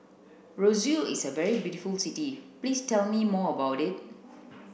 roseau is a very beautiful city please tell me more about it